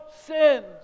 sins